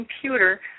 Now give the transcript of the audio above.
computer